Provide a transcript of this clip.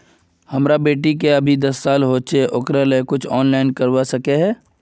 हमर बेटी के अभी दस साल होबे होचे ओकरा ले कुछ ऑनलाइन कर सके है?